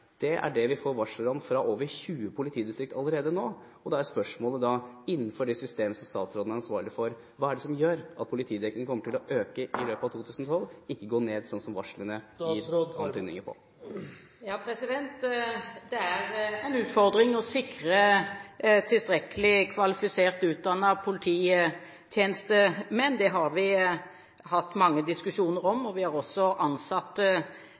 det er det vi får varsler om fra over 20 politidistrikter allerede nå. Innenfor det systemet statsråden er ansvarlig for: Hva er det som gjør at politidekningen kommer til å øke i løpet av 2012 – ikke gå ned, slik som varslene gir antydninger om? Det er en utfordring å sikre tilstrekkelig med kvalifiserte og utdannede polititjenestemenn, det har vi hatt mange diskusjoner om, og vi har også ansatt